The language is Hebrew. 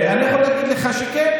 אני יכול להגיד לך שכן,